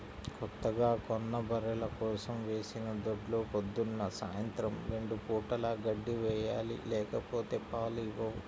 కొత్తగా కొన్న బర్రెల కోసం వేసిన దొడ్లో పొద్దున్న, సాయంత్రం రెండు పూటలా గడ్డి వేయాలి లేకపోతే పాలు ఇవ్వవు